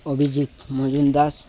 Abhijit Majun Das